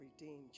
redeemed